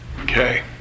Okay